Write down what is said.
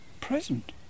present